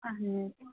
اَہَن حظ